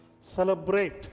celebrate